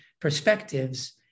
perspectives